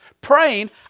praying